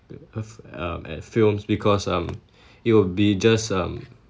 of um at films because um